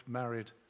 married